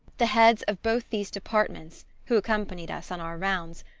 the heads of both these departments, who accompanied us on our rounds,